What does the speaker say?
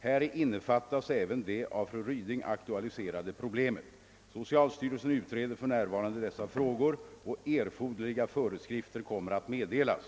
Häri innefattas även det av fru Ryding aktualiserade problemet. Socialstyrelsen utreder för närvarande dessa frågor, och erforderliga föreskrifter kommer att meddelas.